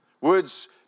Words